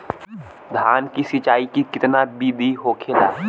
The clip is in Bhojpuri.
धान की सिंचाई की कितना बिदी होखेला?